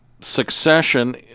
succession